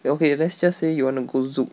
ya okay let's just say you want to go zouk